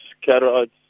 carrots